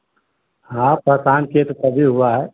हाँ परेशान किए तो तभी हुआ है